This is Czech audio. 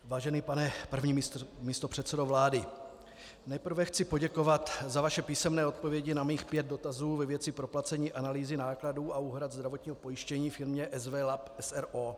Vážený pane první místopředsedo vlády, nejprve chci poděkovat za vaše písemné odpovědi na mých pět dotazů ve věci proplacení analýzy nákladů a úhrad zdravotního pojištění firmě SW Lab, s.r.o.